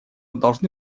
должны